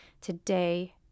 Today